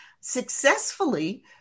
successfully